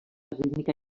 rítmica